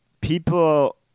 people